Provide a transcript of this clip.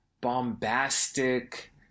bombastic